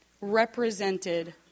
represented